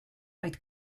oed